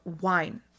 wine